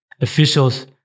officials